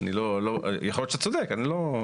אני לא, יכול להיות שאתה צודק, אני לא.